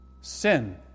sin